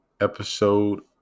episode